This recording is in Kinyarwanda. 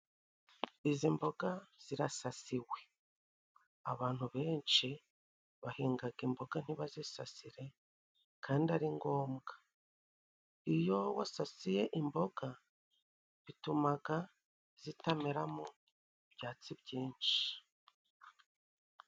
Izi mboga zirasasiwe. Abantu benshi bahingaga imboga ntibazisasire kandi ari ngombwa. Iyo wasasiye imboga, bitumaga zitameramo ibyatsi byinshi.